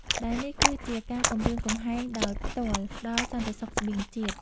ដែលនេះគឺជាការគំរាមកំហែងដោយផ្ទាល់ដល់សន្តិសុខស្បៀងជាតិ។